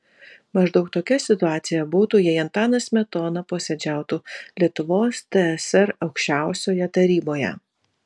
maždaug tokia situacija būtų jei antanas smetona posėdžiautų lietuvos tsr aukščiausioje taryboje